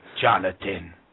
Jonathan